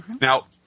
Now